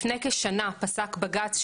לפני כשנה פסק בג"צ,